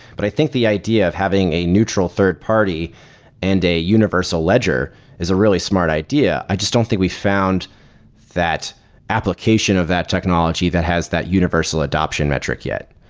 but i think the idea of having a neutral third-party and a universal ledger is a really smart idea. i just don't think we've found that application of that technology that has that universal adaption metric yet.